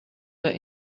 were